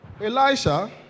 Elisha